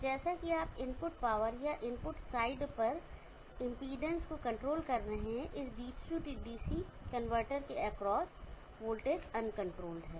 तो जैसा कि आप इनपुट पावर या इनपुट साइड पर इंपेडेंस को कंट्रोल कर रहे हैं इस डीसी डीसी कनवर्टर के एक्रॉस वोल्टेज अनकंट्रोल्ड है